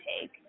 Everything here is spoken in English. take